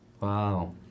Wow